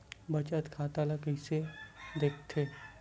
बचत खाता ला कइसे दिखथे?